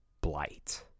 blight